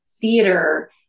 theater